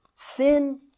Sin